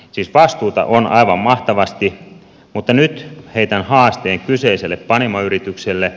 siis vastuuta on aivan mahtavasti mutta nyt heitän haasteen kyseiselle panimoyritykselle